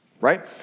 right